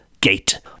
gate